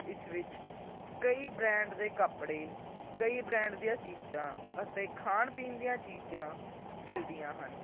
ਇਸ ਵਿੱਚ ਕਈ ਬ੍ਰੈਂਡ ਦੇ ਕੱਪੜੇ ਕਈ ਬ੍ਰੈਂਡ ਦੀਆਂ ਚੀਜ਼ਾਂ ਅਤੇ ਖਾਣ ਪੀਣ ਦੀਆਂ ਚੀਜ਼ਾਂ ਮਿਲਦੀਆਂ ਹਨ